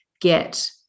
get